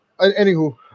anywho